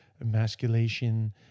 emasculation